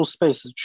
Space